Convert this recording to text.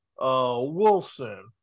Wilson